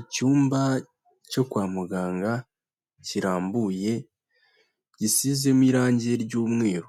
Icyumba cyo kwa muganga kirambuye gisizemo irangi ry'umweru.